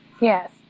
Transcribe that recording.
yes